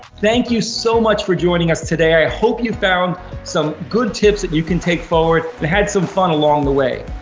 thank you so much for joining us today. i hope you found some good tips that you can take forward, and had some fun along the way.